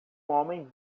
homem